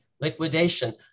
liquidation